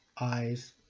eyes